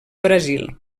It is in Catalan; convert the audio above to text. brasil